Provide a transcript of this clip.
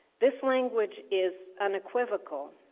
this language is unequivocal